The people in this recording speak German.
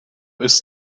ist